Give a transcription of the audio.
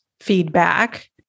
feedback